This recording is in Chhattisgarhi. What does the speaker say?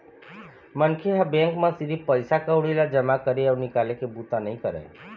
मनखे ह बेंक म सिरिफ पइसा कउड़ी ल जमा करे अउ निकाले के बूता नइ करय